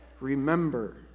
remember